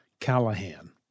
Callahan